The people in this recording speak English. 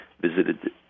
visited